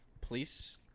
police